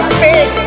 big